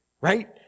right